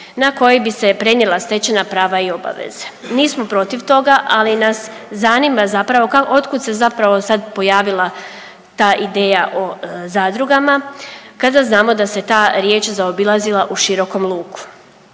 na koje bi se prenijela stečena prava i obaveze. Nismo protiv toga, ali nas zanima zapravo otkud se zapravo sad pojavila ta ideja o zadrugama kada znamo da se ta riječ zaobilazila u širokom luku.